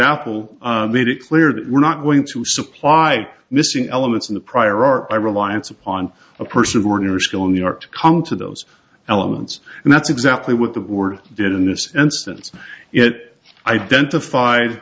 apple made it clear that we're not going to supply missing elements in the prior our reliance upon a person of ordinary skill in new york to come to those elements and that's exactly what the board did in this instance it identified